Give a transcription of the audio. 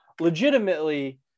legitimately